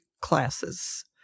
classes